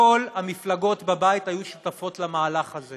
כל המפלגות בבית היו שותפות למהלך הזה,